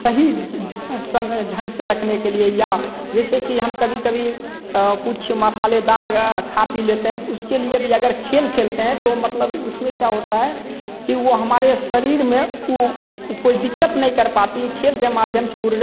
सही समय ढंग से रखने के लिए या जैसे कि हम कभी कभी कुछ मसालेदार खा पी लेते हैं त उसके लिए भी अगर खेल खेलते हैं तो मतलब उसमें क्या होता है कि वो हमारे सरीर में कोई दिक्कत नहीं कर पाती खेल के माध्यम से ऊर्जा